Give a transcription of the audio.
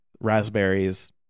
raspberries